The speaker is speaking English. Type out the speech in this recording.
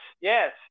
yes